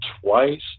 twice